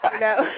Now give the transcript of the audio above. No